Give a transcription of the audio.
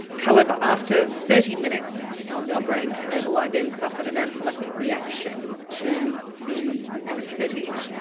however, after thirty minutes on the operating table i then suffered an anaphylactic reaction to the anaesthetic,